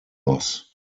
loss